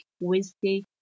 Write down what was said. Wednesday